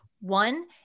One